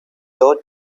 dodge